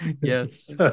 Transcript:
Yes